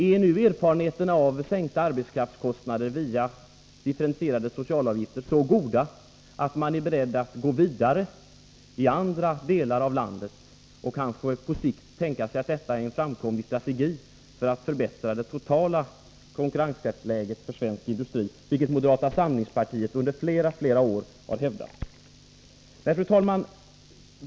Är nu erfarenheterna av sänkta arbetskraftskostnader via differentierade socialavgifter så goda att man är beredd att gå vidare i andra delar av landet och kanske på sikt kan tänka sig att det är en framkomlig strategi för att förbättra det totala konkurrenskraftsläget för svensk industri? Det är något som moderata samlingspartiet har hävdat under flera år. Fru talman!